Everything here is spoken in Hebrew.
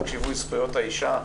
זכויות האישה.